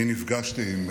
נפגשתי עם